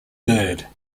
third